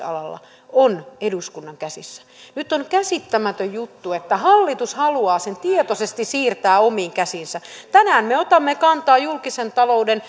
alalla on eduskunnan käsissä nyt on käsittämätön juttu että hallitus haluaa sen tietoisesti siirtää omiin käsiinsä tänään me otamme kantaa julkisen talouden